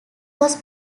was